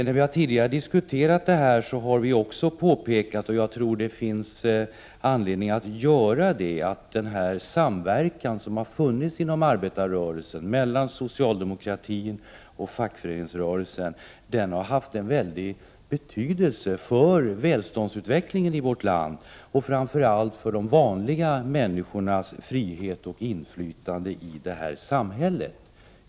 När vi har diskuterat detta tidigare har vi också påpekat, och jag tror det finns anledning att göra det, att den samverkan som funnits inom arbetarrörelsen, mellan socialdemokratin och fackföreningsrörelsen, har haft en mycket stor betydelse för välståndsutvecklingen i vårt land och framför allt för de vanliga människornas frihet och inflytande i samhället.